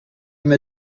mir